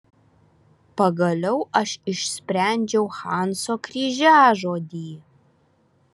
pagaliau aš išsprendžiau hanso kryžiažodį